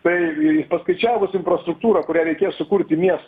tai paskaičiavus infrastruktūrą kurią reikia sukurti miestui